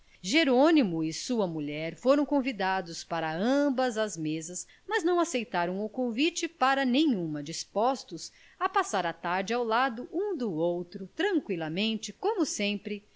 jerônimo e sua mulher foram convidados para ambas as mesas mas não aceitaram o convite para nenhuma dispostos a passar a tarde ao lado um do outro tranqüilamente como sempre